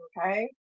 okay